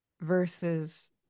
versus